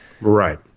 Right